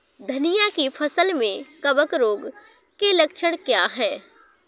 धनिया की फसल में कवक रोग के लक्षण क्या है?